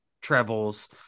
trebles